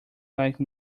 like